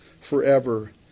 forever